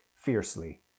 fiercely